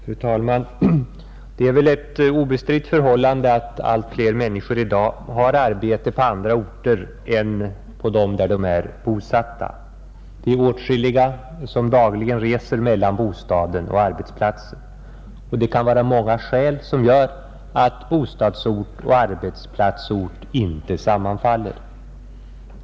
Fru talman! Det är väl ett obestritt förhållande att allt fler människor i dag har arbete på andra orter än där de är bosatta, Det är åtskilliga som dagligen reser mellan bostaden och arbetsplatsen, Det kan vara många orsaker till att bostadsort och arbetsplatsort inte sammanfaller.